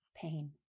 Pain